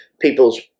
people's